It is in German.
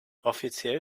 offiziell